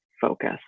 focus